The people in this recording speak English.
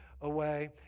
away